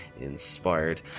inspired